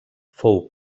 fou